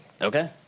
okay